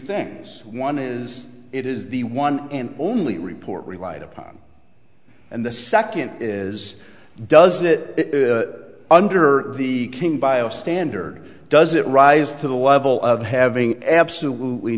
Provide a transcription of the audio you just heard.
things one is it is the one and only report relied upon and the second is does that under the king by a standard does it rise to the level of having absolutely